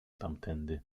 tamtędy